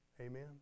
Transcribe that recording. Amen